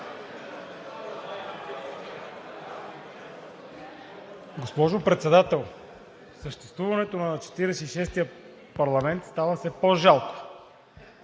Госпожо Председател, съществуването на 46-ия парламент става все по-жалко.